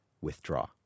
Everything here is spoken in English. Withdraw